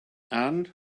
and